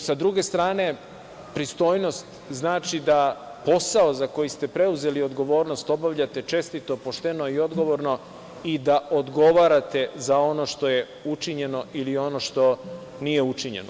S druge strane, pristojnost znači da posao za koji ste preuzeli odgovornost obavljate čestito, pošteno i odgovorno i da odgovarate za ono što je učinjeno ili ono što nije učinjeno.